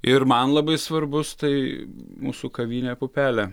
ir man labai svarbus tai mūsų kavinė pupelė